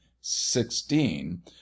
sixteen